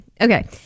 Okay